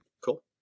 Cool